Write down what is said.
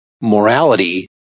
morality